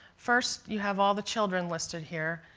first you have all the children listed here.